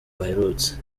baherutse